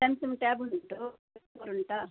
Samsung tab ಉಂಟು ಉಂಟ